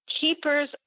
Keepers